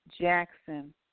Jackson